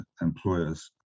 employers